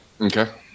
Okay